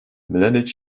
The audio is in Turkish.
mladiç